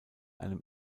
einem